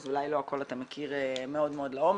אז אולי לא הכל אתה מכיר מאוד מאוד לעומק.